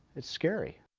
it's scary.